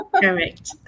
correct